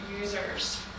users